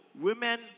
women